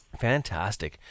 Fantastic